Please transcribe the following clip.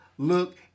look